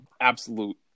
absolute